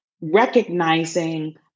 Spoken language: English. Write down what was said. recognizing